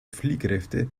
fliehkräfte